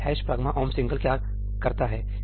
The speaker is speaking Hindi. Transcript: ' pragma omp single' क्या करता है